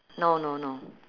no no no